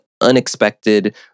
unexpected